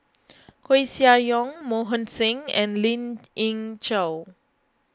Koeh Sia Yong Mohan Singh and Lien Ying Chow